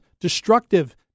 destructive